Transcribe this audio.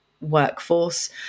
workforce